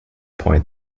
point